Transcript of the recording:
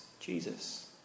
Jesus